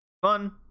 Fun